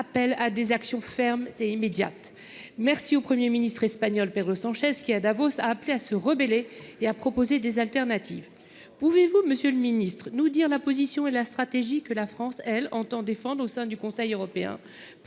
appellent à des actions fermes et immédiates. Merci au Premier ministre espagnol Pedro Sánchez qui, à Davos, a appelé à « se rebeller » et à proposer des alternatives ! Pouvez vous nous dire, monsieur le ministre, quelle position et quelle stratégie la France entend défendre au sein du Conseil européen